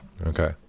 Okay